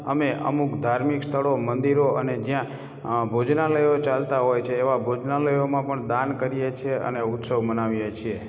અમે અમુક ધાર્મિક સ્થળો મંદિરો અને જ્યાં ભોજનાલયો ચાલતાં હોય છે એવા ભોજનાલયોમાં પણ દાન કરીએ છીએ અને ઉત્સવ મનાવીએ છીએ